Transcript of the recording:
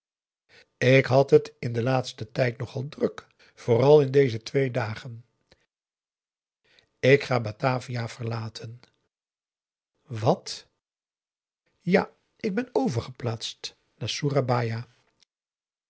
ik had het in den laatsten tijd nogal druk vooral in deze twee dagen ik ga batavia verlaten wat p a daum de van der lindens c s onder ps maurits ja ik ben overgeplaatst naar soerabaia